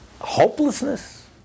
Hopelessness